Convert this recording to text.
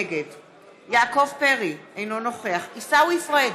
נגד יעקב פרי, אינו נוכח עיסאווי פריג'